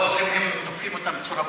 לא אם הם תוקפים אותם בצורה בוטה.